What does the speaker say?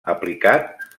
aplicat